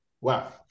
Wow